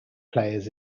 players